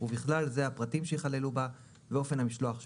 ובכלל זה הפרטים שייכללו בה ואופן המשלוח שלה.